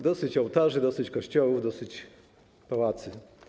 Dosyć ołtarzy, dosyć kościołów, dosyć pałaców.